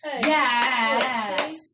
Yes